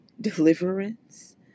deliverance